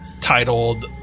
titled